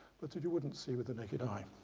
but that you wouldn't see with the naked eye.